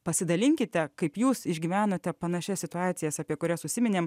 pasidalinkite kaip jūs išgyvenate panašias situacijas apie kurias užsiminėme